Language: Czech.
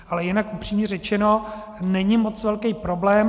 Ale jinak, upřímně řečeno, není moc velký problém.